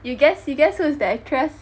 you guess you guess who is the actress